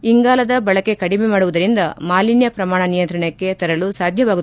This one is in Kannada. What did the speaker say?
ಇಂಗಾಲ ಬಳಕೆ ಕಡಿಮೆ ಮಾಡುವುದರಿಂದ ಮಾಲಿನ್ಯ ಪ್ರಮಾಣ ನಿಯಂತ್ರಣಕ್ಕೆ ತರಲು ಸಾಧ್ಯವಾಗುತ್ತದೆ ಎಂದರು